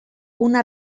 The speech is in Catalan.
una